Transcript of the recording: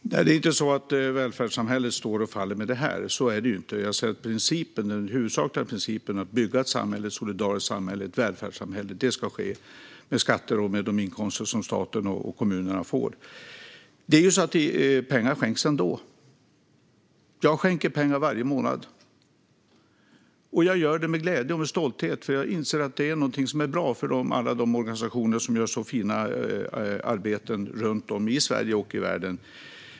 Herr talman! Det är inte så att välfärdssamhället står och faller med detta. Den huvudsakliga principen är att ett solidariskt välfärdssamhälle ska byggas med skatter och de inkomster som staten och kommunerna får. Pengar skänks ändå. Jag skänker pengar varje månad. Det gör jag med glädje och stolthet, för jag inser att det är bra för alla de organisationer som gör ett så fint arbete runt om i Sverige och världen.